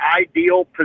ideal